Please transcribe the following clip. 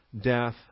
death